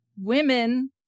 women